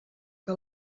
que